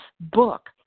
book